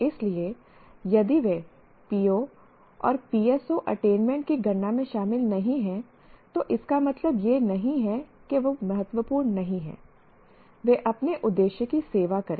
इसलिए यदि वे PO PSO अटेनमेंट की गणना में शामिल नहीं हैं तो इसका मतलब यह नहीं है कि वे महत्वपूर्ण नहीं हैं वे अपने उद्देश्य की सेवा करें